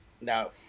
no